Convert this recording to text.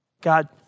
God